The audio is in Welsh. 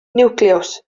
niwclews